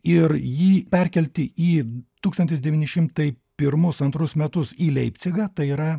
ir jį perkelti į tūkstantis devyni šimtai pirmus antrus metus į leipcigą tai yra